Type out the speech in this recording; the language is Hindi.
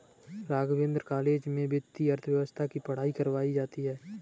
राघवेंद्र कॉलेज में वित्तीय अर्थशास्त्र की पढ़ाई करवायी जाती है